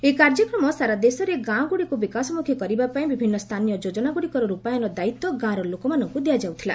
ଏହି କାର୍ଯ୍ୟକ୍ରମ ସାରାଦେଶରେ ଗାଁଗୁଡ଼ିକୁ ବିକାଶମୁଖୀ କରିବାପାଇଁ ବିଭିନ୍ନ ସ୍ଥାନୀୟ ଯୋଜନାଗୁଡ଼ିକର୍ପାୟନ ଦାୟିତ୍ୱ ଗାଁର ଲୋକମାନଙ୍କୁ ଦିଆଯାଉଥିଲା